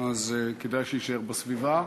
אז כדאי שיישאר בסביבה.